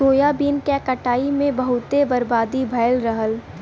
soybean क कटाई में बहुते बर्बादी भयल रहल